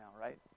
right